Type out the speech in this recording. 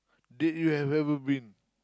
date you have ever been